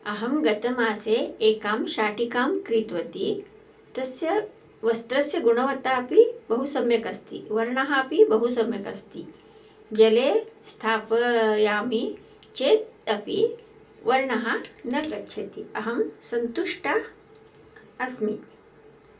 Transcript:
अहं गतमासे एकां शाटिकां क्रीतवती तस्य वस्त्रस्य गुणवत्ता अपि बहु सम्यक् अस्ति वर्णः अपि बहु सम्यक् अस्ति जले स्थापयामि चेत् अपि वर्णः न गच्छति अहं सन्तुष्टा अस्मि